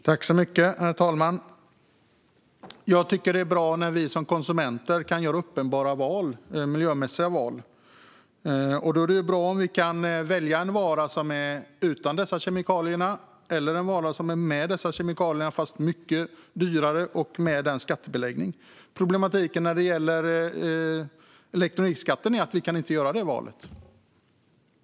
Herr talman! Jag tycker att det är bra när vi som konsumenter kan göra uppenbara miljömässiga val. Då är det bra om vi kan välja mellan en vara utan dessa kemikalier och en vara med dessa kemikalier som är mycket dyrare och med skattebeläggning. Problemet när det gäller elektronikskatten är att vi inte kan göra det valet.